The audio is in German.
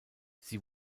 sie